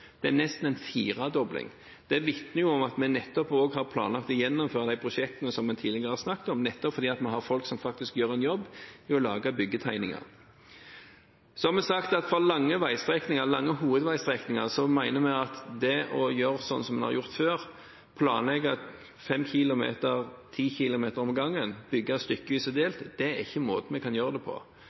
Det er nesten en firedobling. Det vitner om at vi har planlagt å gjennomføre de prosjektene som vi tidligere har snakket om, nettopp fordi vi har folk som gjør en jobb med å lage byggetegninger. Så har vi sagt at for lange veistrekninger, lange hovedveistrekninger, mener vi at å gjøre slik som en har gjort før, å planlegge 5 km, 10 km om gangen – bygge stykkevis og delt – er ikke måten vi kan gjøre det på.